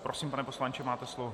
Prosím, pane poslanče, máte slovo.